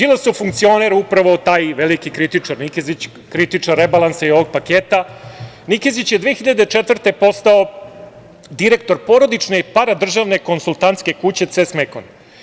Đilasov funkcioner, upravo taj veliki kritičar Nikezić, kritičar rebalansa i ovog paketa, Nikezić je 2004. godine postao direktor porodične i paradržavne konsultantske kuće „CES Mekon“